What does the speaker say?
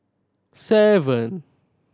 seven